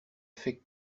fait